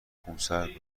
خونسرد